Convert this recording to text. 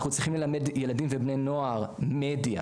אנחנו צריכים ללמד ילדים ובני נוער מדיה,